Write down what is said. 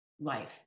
life